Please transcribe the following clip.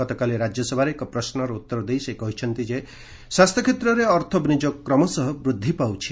ଗତକାଲି ରାଜ୍ୟସଭାରେ ଏକ ପ୍ରଶ୍ନର ଉତ୍ତର ଦେଇ ସେ କହିଛନ୍ତି ଯେ ସ୍ୱାସ୍ଥ୍ୟ କ୍ଷେତ୍ରରେ ଅର୍ଥ ବିନିଯୋଗ କ୍ରମଶଃ ବୃଦ୍ଧି ପାଉଛି